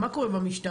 מה קורה במשטרה,